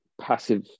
passive